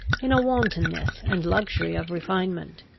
in a wantonness and luxury of refinement.